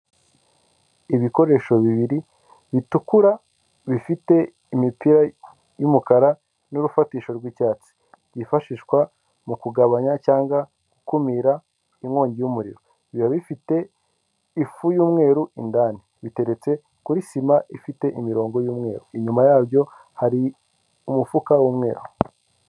Ibikoresho bibiri bitukura bifite imipira y'umukara n'urufatiro rw'icyatsi byifashishwa mu kugabanya cyangwa gukumira inkongi y'umuriro, biba bifite ifu y'umweru indani biteretse kuri sima ifite imirongo y'umweru inyuma yabyo hari umufuka w'umweru.